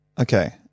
Okay